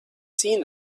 seen